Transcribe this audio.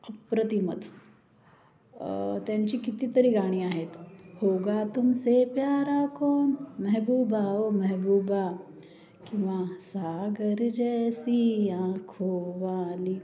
अप्रतिमच त्यांची कितीतरी गाणी आहेत होगा तुमसे प्यारा कौन मेहबूबा ओ मेहबूबा किंवा सागर जैसी आंखोवाली